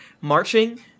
marching